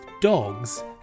dogs